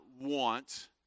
want